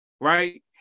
right